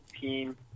team